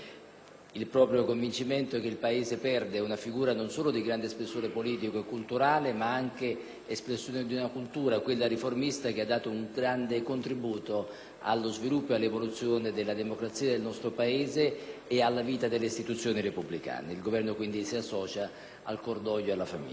Vizzini e ritiene che il Paese perda una figura non solo di grande spessore politico e culturale, ma anche espressione di una cultura, quella riformista, che ha dato un grande contributo allo sviluppo, all'evoluzione della democrazia del nostro Paese e alla vita delle istituzioni repubblicane. Il Governo quindi si associa al cordoglio alla famiglia.